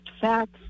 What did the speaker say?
facts